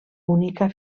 única